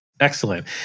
Excellent